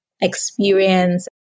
experience